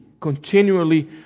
continually